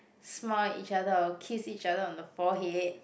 smile each other or kiss each other on the forehead